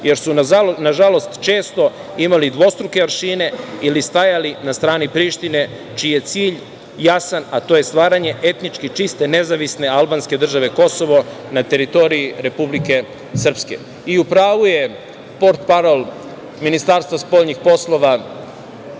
jer su nažalost često imali dvostruke aršine ili stajali na strani Prištine čiji je cilj jasan, a to je stvaranje etnički čiste, nezavisne albanske države Kosovo na teritoriji Republike Srbije. U pravu je portparol Ministarstva spoljnih poslova